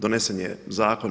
Donesen je zakon.